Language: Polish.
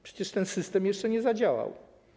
Przecież ten system jeszcze nie zadziałał.